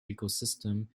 ecosystem